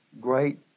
great